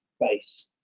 base